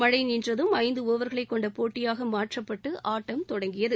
மழை நின்றதும் ஐந்து ஒவர்களைக் கொண்ட போட்டியாக மாற்றப்பட்டு ஆட்டம் தொடங்கியது